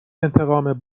انتقام